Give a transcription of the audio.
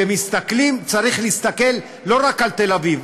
כשמסתכלים, צריך להסתכל לא רק על תל אביב.